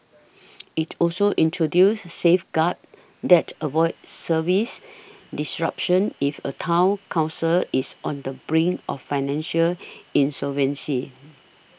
it also introduces safeguards that avoid service disruptions if a Town Council is on the brink of financial insolvency